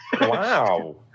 Wow